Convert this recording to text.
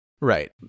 Right